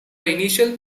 initial